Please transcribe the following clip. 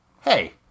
hey